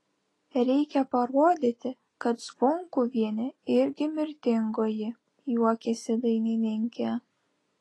reikia parodyti kad zvonkuvienė irgi mirtingoji juokėsi dainininkė